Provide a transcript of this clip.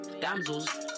damsels